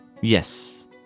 Yes